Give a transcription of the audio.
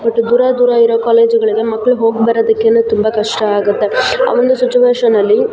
but ದೂರ ದೂರ ಇರೋ ಕಾಲೇಜುಗಳಿಗೆ ಮಕ್ಕಳು ಹೋಗಿ ಬರೋದಕ್ಕೇನೆ ತುಂಬ ಕಷ್ಟ ಆಗುತ್ತೆ ಆ ಒಂದು ಸಿಚುವೇಷನಲ್ಲಿ